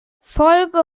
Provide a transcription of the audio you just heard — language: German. folge